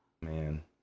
Man